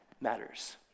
matters